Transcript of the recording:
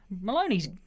Maloney's